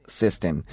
system